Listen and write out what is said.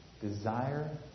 Desire